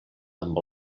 amb